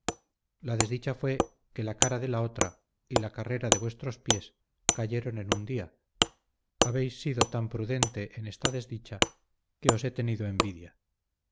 la desdicha fue que la cara de la otra y la carrera de vuestros pies cayeron en un día habéis sido tan prudente en esta desdicha que os he tenido envidia